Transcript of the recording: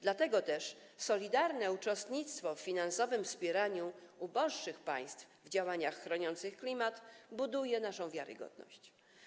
Dlatego też solidarne uczestnictwo w finansowym wspieraniu uboższych państw w działaniach chroniących klimat buduje naszą wiarygodność.